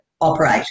operate